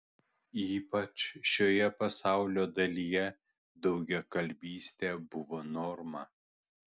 ypač šioje pasaulio dalyje daugiakalbystė buvo norma